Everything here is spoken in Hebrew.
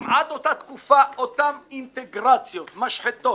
אם עד אותה תקופה אותן אינטגרציות, משחתות